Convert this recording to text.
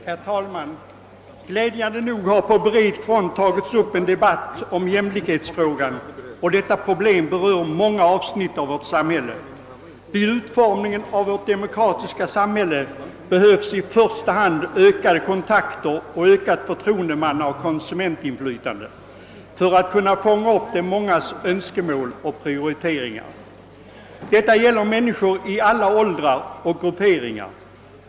Herr talman! Glädjande nog har på bred front tagits upp en debatt om jämlikhetsfrågan — ett problem som berör många avsnitt av samhället. Vid utformningen av vårt demokratiska samhälle behövs i första hand ökade kontakter och ökat förtroendemannaoch konsumentinflytande för att kunna fånga upp de mångas önskemål och prioriteringar. Detta gäller människor i alla åldrar och grupperingar.